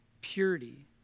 purity